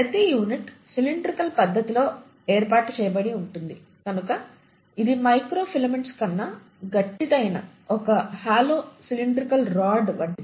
ప్రతి unit cylindrical పద్ధతి లో ఏర్పాటు చేయబడి ఉంటుంది కనుక ఇది మైక్రోఫిలమెంట్స్ కన్నా గట్టిదైన ఒక హాలో సిలిండ్రికల్ రాడ్ వంటిది